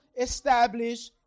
establish